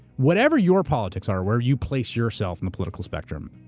whatever your politics are, where you place yourself in the political spectrum,